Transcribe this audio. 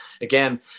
again